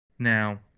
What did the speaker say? Now